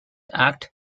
act